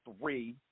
three